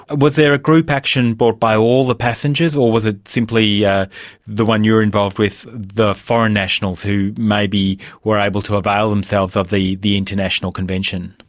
and was there a group action brought by all the passengers, or was it simply, yeah the one you were involved with, the foreign nationals who maybe were able to avail themselves of the the international convention?